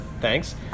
thanks